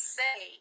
say